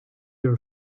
your